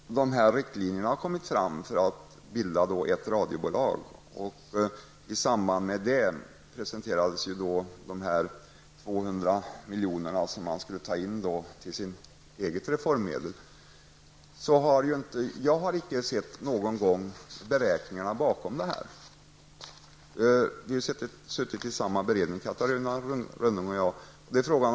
Fru talman! När riktlinjerna kom fram för att bilda ett radiobolag presenterades uppgiften om de 200 miljoner man skulle kunna ta in till sitt eget reformerande. Jag har inte någon gång sett beräkningarna bakom detta, trots att vi har suttit i samma beredning, Catarina Rönnung och jag.